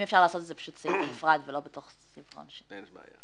אם אפשר לעשות את זה סעיף בנפרד ולא בתוך --- אין בעיה.